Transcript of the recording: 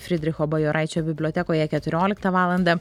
fridricho bajoraičio bibliotekoje keturioliktą valandą